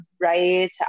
right